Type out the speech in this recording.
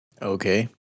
Okay